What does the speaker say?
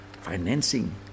financing